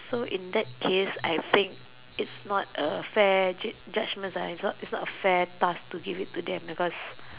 so in that case I think it's not a fair ju~ judgement it's not it's not a fair task to give it to them